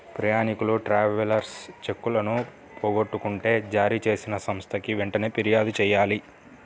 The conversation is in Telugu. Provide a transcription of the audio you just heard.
ప్రయాణీకులు ట్రావెలర్స్ చెక్కులను పోగొట్టుకుంటే జారీచేసిన సంస్థకి వెంటనే పిర్యాదు చెయ్యాలి